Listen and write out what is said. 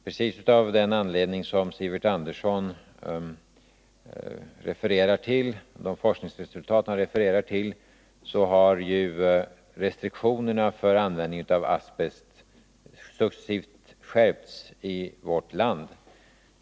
Just av den anledning som Sivert Andersson nämnde, nämligen de forskningsresultat som han refererade till, har restriktionerna för användning av asbest successivt skärpts i vårt land.